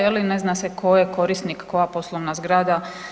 Je li ne zna se tko je korisnik, koja poslovna zgrada.